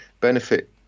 benefit